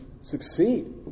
succeed